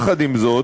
עם זאת,